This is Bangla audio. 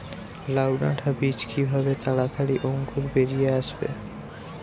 লাউ ডাটা বীজ কিভাবে তাড়াতাড়ি অঙ্কুর বেরিয়ে আসবে?